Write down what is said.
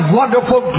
wonderful